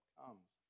comes